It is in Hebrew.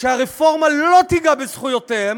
שהרפורמה לא תיגע בזכויותיהם,